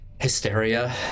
Hysteria